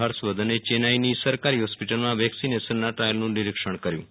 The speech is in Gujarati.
હર્ષવર્ધનને ચેન્નાઈ સરકારી હોસ્પિટલમાં વેક્સીનેશનના ટ્રાયલનું નિરીક્ષણ કર્યું હતું